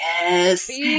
yes